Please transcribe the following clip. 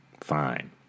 fine